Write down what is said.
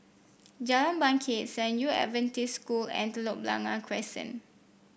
Jalan Bangket San Yu Adventist School and Telok Blangah Crescent